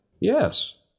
Yes